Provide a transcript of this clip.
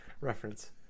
reference